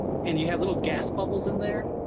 and you have little gas bubbles in there.